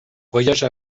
voyage